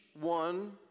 one